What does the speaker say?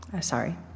sorry